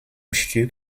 stück